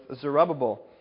Zerubbabel